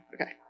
okay